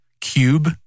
cube